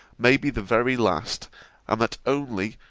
may be the very last and that only,